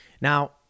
Now